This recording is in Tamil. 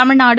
தமிழ்நாடு